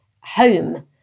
home